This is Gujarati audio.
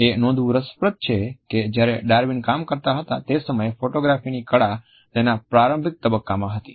એ નોંધવું રસપ્રદ છે કે જ્યારે ડાર્વિન કામ કરતા હતા તે સમયે ફોટોગ્રાફીની કળા તેના પ્રારંભિક તબક્કામાં હતી